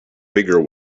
bigger